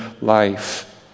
life